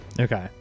Okay